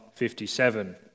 57